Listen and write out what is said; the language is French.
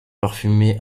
parfumée